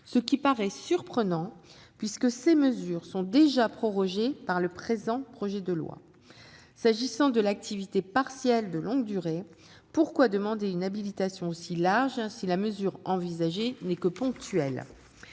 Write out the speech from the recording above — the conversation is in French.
demande est surprenante, puisque ces mesures sont déjà prorogées par le présent projet de loi. Pour ce qui concerne l'activité partielle de longue durée, pourquoi demander une habilitation aussi large si la mesure envisagée n'est que ponctuelle ?